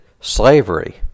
slavery